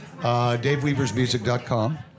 DaveWeaversMusic.com